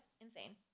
insane